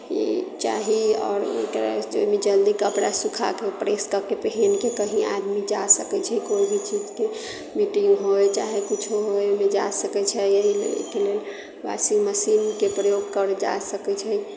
ई चाही आओर एकरा ओहिमे जल्दी कपड़ा सुखाके प्रेस कऽ के पहिनके कहि आदमी जा सकैत छै कोइ भी चीजके मीटिङ्ग होइ चाहे किछु होइ ओहिमे जा सकैत छै एहि एहिके लेल वाशिङ्गमशीनके प्रयोग करल जा सकैत छै